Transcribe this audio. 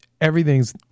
everything's